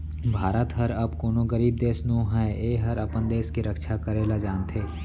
भारत हर अब कोनों गरीब देस नो हय एहर अपन देस के रक्छा करे ल जानथे